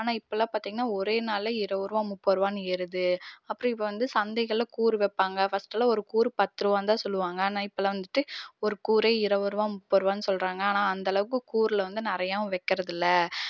ஆனால் இப்போலாம் பார்த்திங்கன்னா ஒரே நாள்ல இருபதுருவா முப்பதுருபான்னு ஏறுது அப்றம் இப்போ வந்து சந்தைகள்ல கூரு வைப்பாங்க ஃபஸ்ட்டெல்லாம் ஒரு கூரு பத்துரூபான்னு தான் சொல்லுவாங்கள் ஆனால் இப்போலாம் வந்துட்டு ஒரு கூரே இருவதுருபா முப்பதுருபான்னு சொல்கிறாங்க ஆனால் அந்தளவுக்கு கூருல வந்து நிறையாவும் வைக்கிறது இல்லை